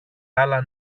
άλλα